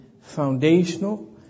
foundational